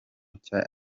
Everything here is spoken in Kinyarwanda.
nshya